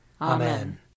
Amen